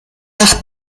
nach